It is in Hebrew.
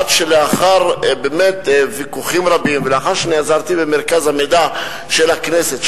עד שלאחר ויכוחים רבים ולאחר שנעזרתי במרכז המידע של הכנסת,